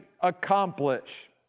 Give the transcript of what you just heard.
accomplish